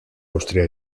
austria